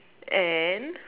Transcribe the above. and